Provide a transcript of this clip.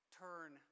turn